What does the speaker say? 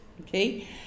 okay